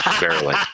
Barely